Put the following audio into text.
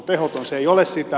se ei ole sitä